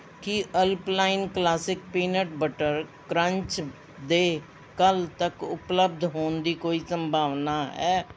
ਕੀ ਅਲਪਲਾਈਨ classic peanut butter crunch ਦੇ ਕੱਲ੍ਹ ਤੱਕ ਉਪਲਬਧ ਹੋਣ ਦੀ ਕੋਈ ਸੰਭਾਵਨਾ ਹੈ